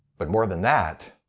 but more than that,